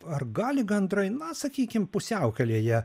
ar gali gandrai na sakykim pusiaukelėje